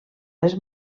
les